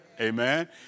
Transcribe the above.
amen